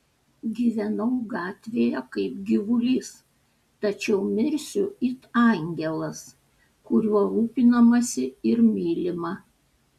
gyvenau gatvėje kaip gyvulys tačiau mirsiu it angelas kuriuo rūpinamasi ir mylima